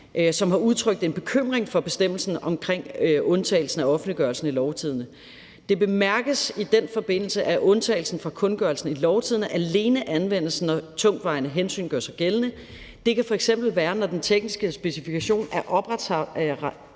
som har udtrykt en bekymring for bestemmelsen om undtagelsen af offentliggørelsen i Lovtidende. Det bemærkes i den forbindelse, at undtagelsen fra kundgørelsen i Lovtidende alene anvendes, når tungtvejende hensyn gør sig gældende. Det kan f.eks. være, når de tekniske specifikationer er